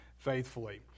faithfully